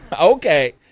Okay